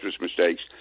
mistakes